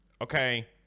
okay